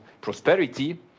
prosperity